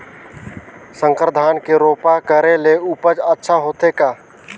संकर धान के रोपा करे ले उपज अच्छा होथे का?